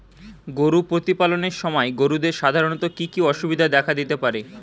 গরু প্রতিপালনের সময় গরুদের সাধারণত কি কি অসুবিধা দেখা দিতে পারে?